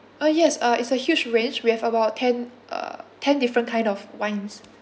uh yes uh it's uh huge range we have about ten uh ten different kind of wines